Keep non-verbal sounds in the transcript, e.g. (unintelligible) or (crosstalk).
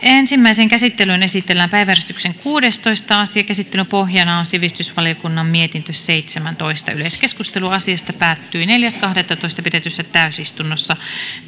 (unintelligible) ensimmäiseen käsittelyyn esitellään päiväjärjestyksen kuudestoista asia käsittelyn pohjana on sivistysvaliokunnan mietintö seitsemäntoista yleiskeskustelu asiasta päättyi neljäs kahdettatoista kaksituhattaseitsemäntoista pidetyssä täysistunnossa